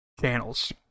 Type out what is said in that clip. channels